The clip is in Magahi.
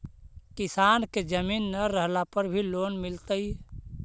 किसान के जमीन न रहला पर भी लोन मिलतइ?